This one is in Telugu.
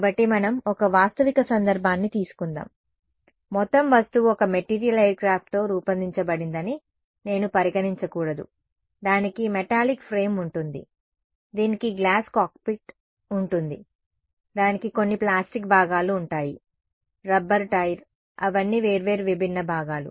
కాబట్టి మనం ఒక వాస్తవిక సందర్భాన్ని తీసుకుందాం మొత్తం వస్తువు ఒక మెటీరియల్ ఎయిర్క్రాఫ్ట్ తో రూపొందించబడిందని నేను పరిగణించకూడదు దానికి మెటాలిక్ ఫ్రేమ్ ఉంటుంది దీనికి గ్లాస్ కాక్పిట్ ఉంటుంది దానికి కొన్ని ప్లాస్టిక్ భాగాలు ఉంటాయి రబ్బరు టైర్ అవన్నీ వేర్వేరు విభిన్న భాగాలు